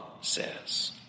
says